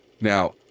now